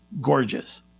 gorgeous